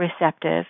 receptive